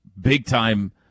big-time